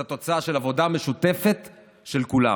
זו תוצאה של עבודה משותפת של כולם.